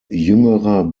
jüngerer